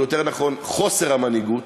או יותר נכון חוסר המנהיגות,